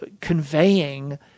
conveying